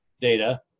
data